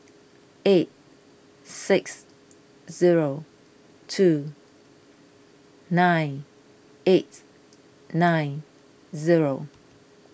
eight six zero two nine eight nine zero